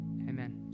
Amen